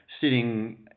sitting